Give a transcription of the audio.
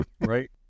right